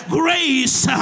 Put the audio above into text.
grace